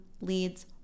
leads